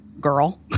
girl